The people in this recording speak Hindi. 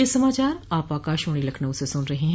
ब्रे क यह समाचार आप आकाशवाणी लखनऊ से सुन रहे हैं